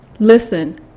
Listen